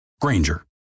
Granger